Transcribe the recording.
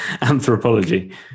Anthropology